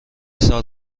سال